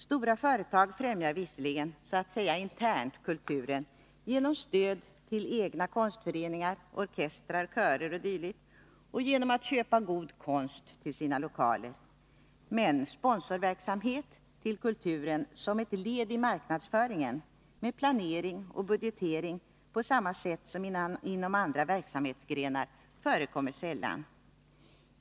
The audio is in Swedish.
Stora företag främjar visserligen så att säga internt kulturen genom stöd till egna konstföreningar, orkestrar, körer o. d. och genom att köpa god konst till sina lokaler. Men sponsorverksamhet till kulturen som ett medvetet led i marknadsföringen med planering och budgetering på samma sätt som inom andra verksamhetsgrenar förekommer sällan.